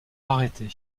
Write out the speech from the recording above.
arrêté